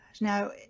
Now-